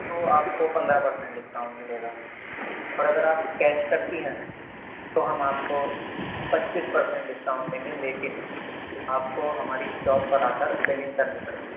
تو آپ کو پندرہ پر سینٹ ڈسکاؤنٹ ملے گا اور اگر آپ کیش کرتی ہیں تو ہم آپ کو پچیس پر سینٹ ڈسکاؤنٹ دیں گے لیکن آپ کو ہماری شاپ پر آ کر بلنگ کرنی پڑے گی